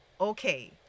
okay